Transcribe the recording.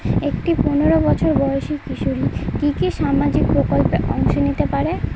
একটি পোনেরো বছর বয়সি কিশোরী কি কি সামাজিক প্রকল্পে অংশ নিতে পারে?